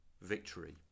victory